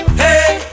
hey